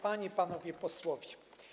Panie i Panowie Posłowie!